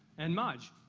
and, maj,